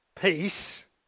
Peace